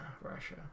Russia